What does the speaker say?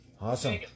Awesome